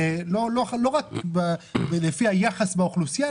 לא רק לפי היחס באוכלוסייה,